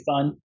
fun